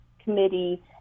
committee